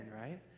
right